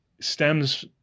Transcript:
stems